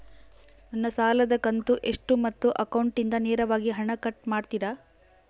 ನನ್ನ ಸಾಲದ ಕಂತು ಎಷ್ಟು ಮತ್ತು ಅಕೌಂಟಿಂದ ನೇರವಾಗಿ ಹಣ ಕಟ್ ಮಾಡ್ತಿರಾ?